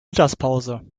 mittagspause